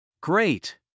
great